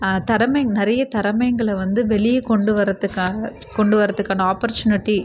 திறமைங் நிறைய திறமைங்கள வந்து வெளியே கொண்டு வரத்துக்காக கொண்டு வரத்துக்கான ஆப்பர்ச்சுனிட்டி